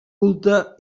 culta